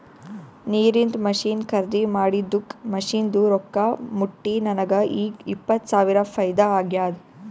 ನೀರಿಂದ್ ಮಷಿನ್ ಖರ್ದಿ ಮಾಡಿದ್ದುಕ್ ಮಷಿನ್ದು ರೊಕ್ಕಾ ಮುಟ್ಟಿ ನನಗ ಈಗ್ ಇಪ್ಪತ್ ಸಾವಿರ ಫೈದಾ ಆಗ್ಯಾದ್